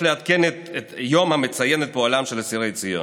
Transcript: לעדכן את היום המציין את פועלם של אסירי ציון.